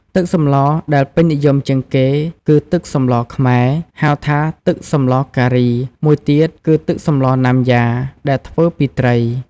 ទឹកសម្លដែលពេញនិយមជាងគេគឺ ទឹកសម្លខ្មែរ ហៅថាទឹកសម្លការី មួយទៀតគឺ ទឹកសម្លណាំយ៉ា ដែលធ្វើពីត្រី។